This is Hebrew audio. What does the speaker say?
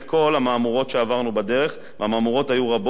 המהמורות שעברנו בדרך והמהמורות היו רבות.